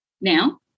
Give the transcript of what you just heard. now